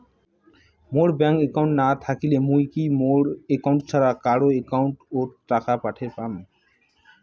মোর bank account না থাকিলে মুই কি মোর একাউন্ট ছাড়া কারো একাউন্ট অত টাকা পাঠের পাম?